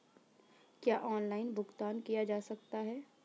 क्या ऑनलाइन भुगतान किया जा सकता है?